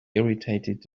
irritated